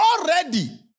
already